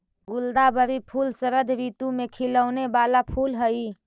गुलदावरी फूल शरद ऋतु में खिलौने वाला फूल हई